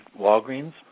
Walgreens